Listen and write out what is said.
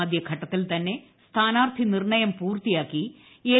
ആദ്യഘട്ടത്തിൽ തന്നെ സ്ഥാനാർത്ഥി നിർണയം പൂർത്തിയാക്കി എൽ